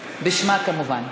בשמה, כמובן.